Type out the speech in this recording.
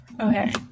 Okay